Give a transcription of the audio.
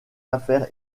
affaires